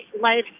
life